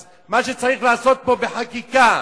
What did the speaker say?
אז מה שצריך לעשות פה בחקיקה,